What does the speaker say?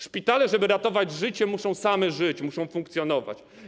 Szpitale, żeby ratować życie, muszą same żyć, muszą funkcjonować.